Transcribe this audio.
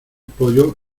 pollo